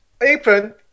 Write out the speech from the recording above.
apron